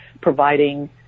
providing